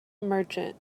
merchant